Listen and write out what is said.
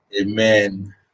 amen